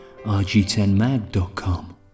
rg10mag.com